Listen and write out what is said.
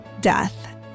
death